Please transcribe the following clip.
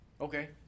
Okay